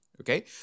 Okay